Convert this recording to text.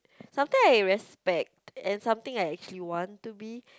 something I respect and something I want to be